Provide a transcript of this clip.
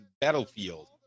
Battlefield